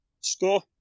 Score